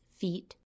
feet